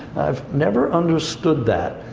i've never understood that.